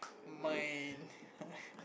mine ha